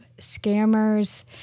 scammers